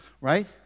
right